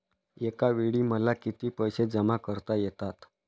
एकावेळी मला किती पैसे जमा करता येतात?